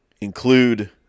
include